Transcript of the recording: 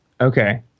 Okay